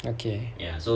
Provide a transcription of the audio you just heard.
okay